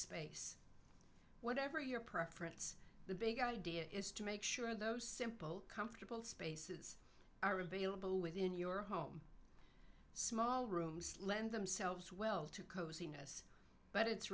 space whatever your preference the big idea is to make sure those simple comfortable spaces are available within your home small rooms lend themselves well to coziness but it's